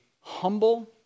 humble